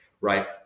right